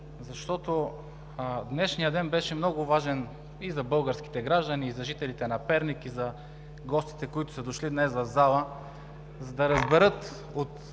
защото днешният ден беше много важен и за българските граждани, и за жителите на Перник, и за гостите, които са дошли днес в залата, за да разберат от